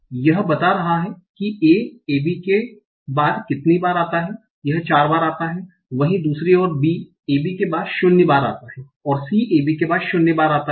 तो यह बता रहा है कि ए ab के बाद कितनी बार होता है यह चार बार आता है वही दूसरी ओर बी ab के बाद शून्य बार आता है c ab के बाद शून्य बार आता है